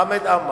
חמד עמאר,